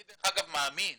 אני דרך אגב מאמין